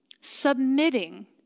submitting